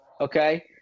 okay